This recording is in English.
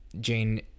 Jane